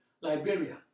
Liberia